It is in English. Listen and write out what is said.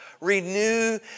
Renew